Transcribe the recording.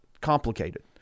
complicated